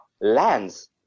lands